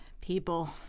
people